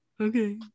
okay